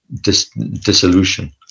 dissolution